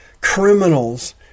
Criminals